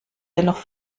dennoch